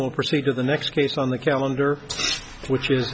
will proceed to the next case on the calendar which is